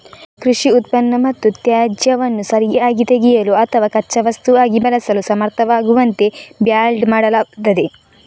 ಕೃಷಿ ಉತ್ಪನ್ನ ಮತ್ತು ತ್ಯಾಜ್ಯವನ್ನು ಸರಿಯಾಗಿ ತೆಗೆಯಲು ಅಥವಾ ಕಚ್ಚಾ ವಸ್ತುವಾಗಿ ಬಳಸಲು ಸಮರ್ಥವಾಗುವಂತೆ ಬ್ಯಾಲ್ಡ್ ಮಾಡಲಾಗುತ್ತದೆ